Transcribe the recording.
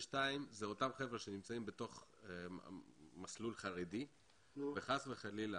ואותם חבר'ה שנמצאים בתוך מסלול חרדי וחס וחלילה